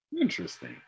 Interesting